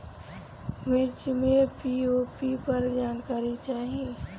मिर्च मे पी.ओ.पी पर जानकारी चाही?